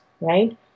right